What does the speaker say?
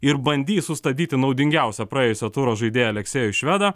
ir bandys sustabdyti naudingiausio praėjusio turo žaidėją aleksejų švedą